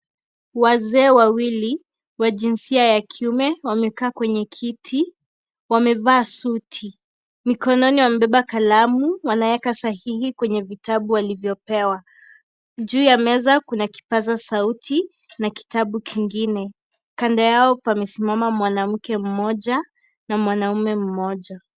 Wazee wawili wa jinsia ya kiume, wamekaa kwenye kiti, wamevaa suti. Mikononi wamebeba kalamu, wanaweka sahihi kwenye vitabu walivyopewa. Juu ya meza, kuna kipaza sauti na kitabu kingine. Kando yao, pamesimama mwanamke mmoja na mwanaume mmoja.